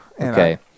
Okay